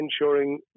ensuring